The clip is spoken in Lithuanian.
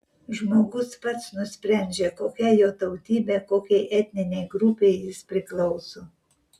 žmogus pats nusprendžia kokia jo tautybė kokiai etninei grupei jis priklauso